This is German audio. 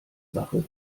sache